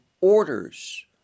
orders